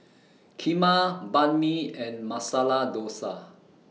Kheema Banh MI and Masala Dosa